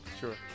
Sure